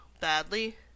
badly